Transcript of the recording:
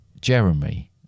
Jeremy